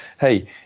hey